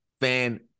fan